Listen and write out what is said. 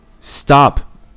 stop